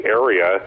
area